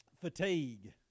Fatigue